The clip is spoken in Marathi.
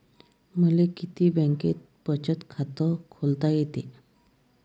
मले किती बँकेत बचत खात खोलता येते?